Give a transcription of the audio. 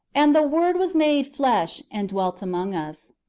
and the word was made flesh, and dwelt among us.